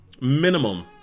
minimum